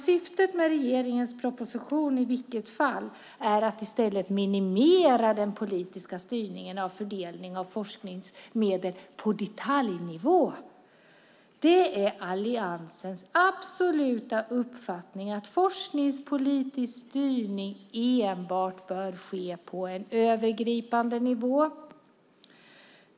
Syftet med regeringens proposition är att i stället minimera den politiska styrningen av fördelningen av forskningsmedel på detaljnivå. Det är Alliansens absoluta uppfattning att forskningspolitisk styrning bör ske enbart på en övergripande nivå.